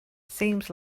seems